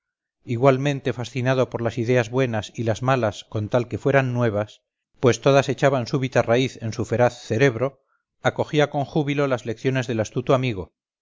igualmente fascinado por las ideas buenas y las malas con tal que fueran nuevas pues todas echaban súbita raíz en su feraz cerebro acogía con júbilo las lecciones del astuto amigo